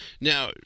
Now